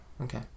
Okay